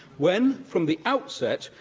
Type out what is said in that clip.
when, from the outset,